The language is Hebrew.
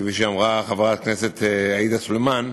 כפי שאמרה חברת הכנסת עאידה סלימאן,